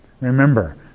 Remember